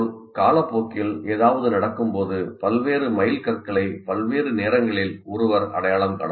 இதேபோல் காலப்போக்கில் ஏதாவது நடக்கும்போது பல்வேறு மைல்கற்களை பல்வேறு நேரங்களில் ஒருவர் அடையாளம் காண முடியும்